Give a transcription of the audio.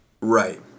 right